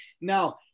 Now